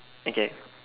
okay